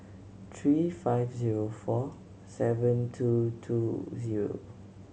three five zero four seven two two zero